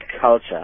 culture